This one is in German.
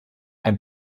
ein